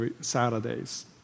Saturdays